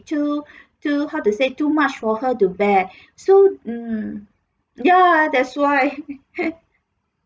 too too how to say too much for her to bear so mm ya that's why